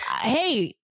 hey